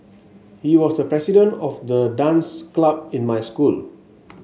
he was the president of the dance club in my school